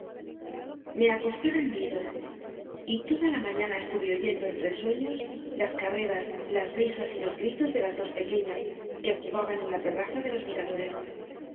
y toda la mañana es tuve oyendo entre sueños las carreras las risas y los gritos de las dos pequeñas que jugaban en la terraza de los miradores